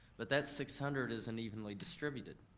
but that six hundred isn't evenly distributed.